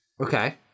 Okay